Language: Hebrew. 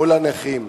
מול הנכים.